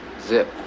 Zip